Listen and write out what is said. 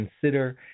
consider